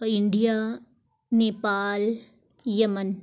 India Nepal Yemen